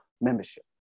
membership